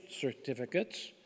certificates